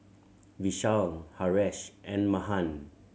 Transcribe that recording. Vishal Haresh and Mahan